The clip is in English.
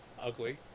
Ugly